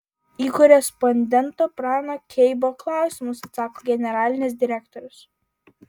į korespondento prano keibo klausimus atsako generalinis direktorius